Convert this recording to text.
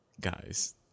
Guys